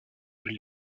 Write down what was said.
ville